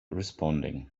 responding